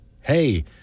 Hey